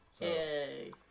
Yay